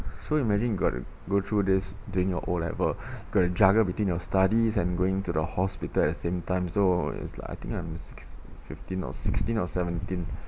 so imagine you got to go through this during your O level got to juggle between your studies and going to the hospital at the same time so is like I think I'm six~ fifteen or sixteen or seventeen